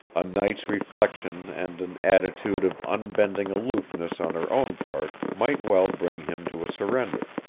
a night's reflection and an attitude of unbending aloofness on her own part might well bring him to a surrender.